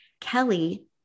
Kelly